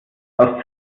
aus